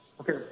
Okay